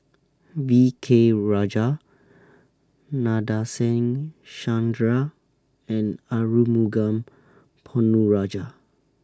V K Rajah Nadasen Chandra and Arumugam Ponnu Rajah